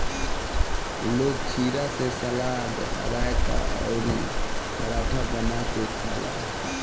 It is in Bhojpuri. लोग खीरा से सलाद, रायता अउरी पराठा बना के खाला